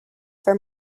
for